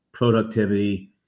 productivity